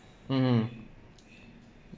mmhmm